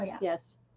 yes